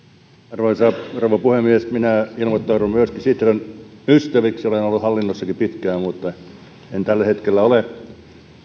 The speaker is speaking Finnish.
arvoisa rouva puhemies minä ilmoittaudun myöskin sitran ystäväksi olen ollut hallinnossakin pitkään mutta en tällä hetkellä ole